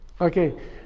Okay